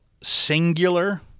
singular